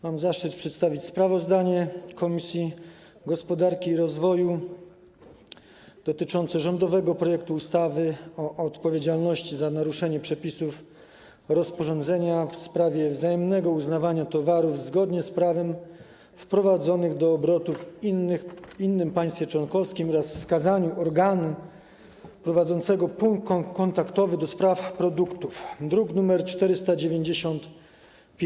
Mam zaszczyt przedstawić sprawozdanie Komisji Gospodarki i Rozwoju dotyczące rządowego projektu ustawy o odpowiedzialności za naruszenie przepisów rozporządzenia w sprawie wzajemnego uznawania towarów zgodnie z prawem wprowadzonych do obrotu w innym państwie członkowskim oraz wskazaniu organu prowadzącego punkt kontaktowy do spraw produktów, druk nr 495.